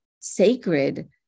sacred